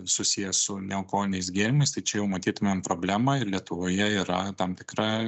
susijęs su nealkoholiniais gėrimais tai čia jau matytumėm problemą ir lietuvoje yra tam tikra